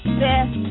best